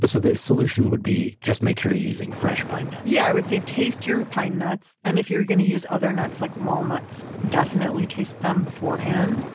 but so, the solution would be, just make sure you're using fresh pine nuts yeah. i would say taste your pine nuts, and if you're going to use other nuts, like walnuts, definitely taste them beforehand.